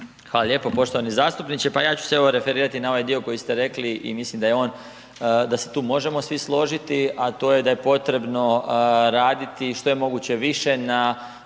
Hvala lijepo. Poštovani zastupniče. Pa ja ću se evo referirati na ovaj dio koji ste rekli i mislim da se tu svi možemo složiti, a to je da je potrebno raditi što je moguće više na